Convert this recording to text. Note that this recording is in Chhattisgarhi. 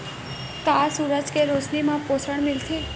का सूरज के रोशनी म पोषण मिलथे?